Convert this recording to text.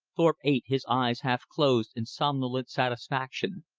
thorpe ate, his eyes half closed, in somnolent satisfaction.